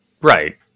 Right